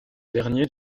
dernier